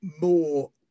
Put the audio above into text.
more